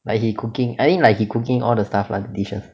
like he cooking I think like he cooking all the stuff lah dishes